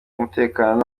umutekano